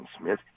Smith